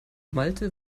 malte